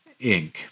Inc